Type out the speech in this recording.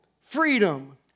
freedom